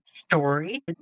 story